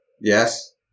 Yes